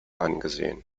angesehen